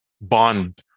bond